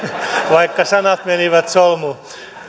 vaikka sanat menivät solmuun